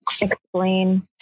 explain